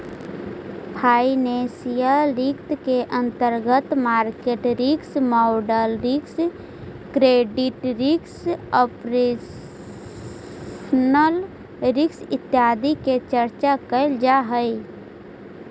financial risk के अंतर्गत market risk, model risk, credit risk, operational risk इत्यादि के चर्चा कैल जा हई